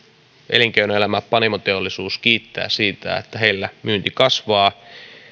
elinkeinoelämä panimoteollisuus kiittävät siitä että heillä myynti kasvaa